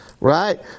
right